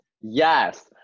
yes